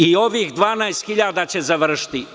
I ovih 12.000 će završiti.